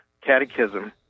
Catechism